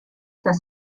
tas